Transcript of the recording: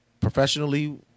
professionally